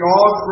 God